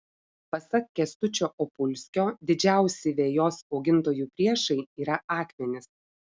pasak kęstučio opulskio didžiausi vejos augintojų priešai yra akmenys